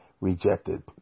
rejected